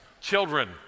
Children